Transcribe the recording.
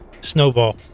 Snowball